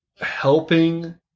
helping